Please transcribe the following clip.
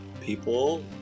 people